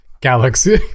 Galaxy